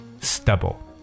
Stubble